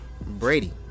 Brady